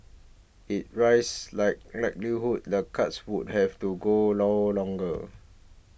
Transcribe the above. it rises the likelihood the cuts would have to go long longer